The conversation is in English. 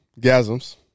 gasms